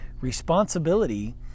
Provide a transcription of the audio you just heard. responsibility